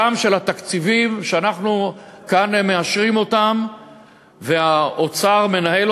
התקציבים שאנחנו כאן מאשרים והאוצר מנהל,